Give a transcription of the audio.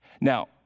Now